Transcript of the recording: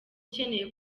ukeneye